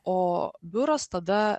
o biuras tada